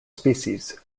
species